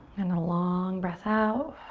and a long breath out.